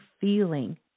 feeling